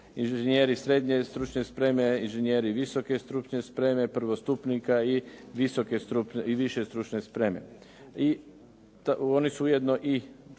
inžinjeri srednje stručne spreme, inžinjeri visoke stručne spreme, prvostupnika i više stručne spreme. I oni su ujedno i